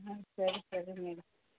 ಹಾಂ ಸರಿ ಸರಿ ಮೇಡಮ್